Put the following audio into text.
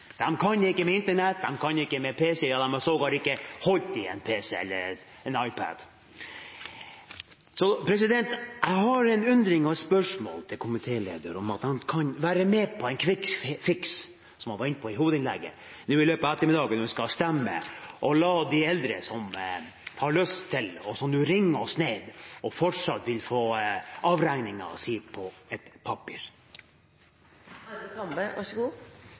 kan ikke dette med internett, de kan ikke dette med pc-er, de har sågar ikke holdt i en pc eller en iPad. Så jeg har en undring og et spørsmål til komitélederen om han kan være med på en «quick fix», som han var inne på i hovedinnlegget, nå i løpet av ettermiddagen når vi skal stemme, og la de eldre som har lyst til det, og som nå ringer oss ned, fortsatt få avregningen sin på papir? Dette er en sak som også et